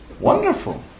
Wonderful